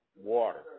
water